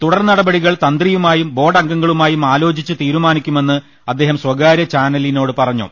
തുടർ നടപടികൾ തന്ത്രി യുമായും ബോർഡ് അംഗങ്ങളുമായും ആലോചിച്ച് തീരുമാനിക്കുമെന്ന് അദ്ദേഹം സ്വകാര്യ ചാനലിനോട് പറഞ്ഞു